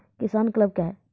किसान क्लब क्या हैं?